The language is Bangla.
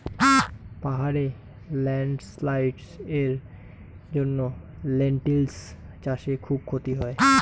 পাহাড়ে ল্যান্ডস্লাইডস্ এর জন্য লেনটিল্স চাষে খুব ক্ষতি হয়